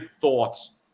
thoughts